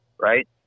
right